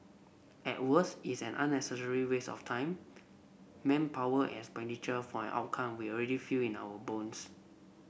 at worst it's an unnecessary waste of time manpower expenditure for an outcome we already feel in our bones